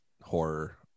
horror